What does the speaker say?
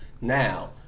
Now